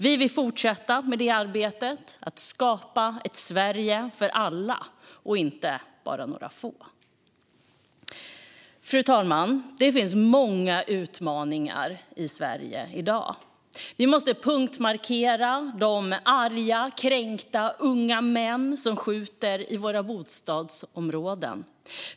Vi vill fortsätta arbetet med att skapa ett Sverige för alla och inte bara några få. Fru talman! Det finns många utmaningar i Sverige i dag. Vi måste punktmarkera de arga, kränkta unga män som skjuter i våra bostadsområden.